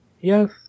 Yes